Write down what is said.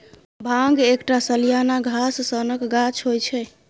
भांग एकटा सलियाना घास सनक गाछ होइ छै